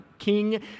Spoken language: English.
king